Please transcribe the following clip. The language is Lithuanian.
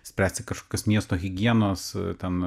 spręsti kažkokius miesto higienos ten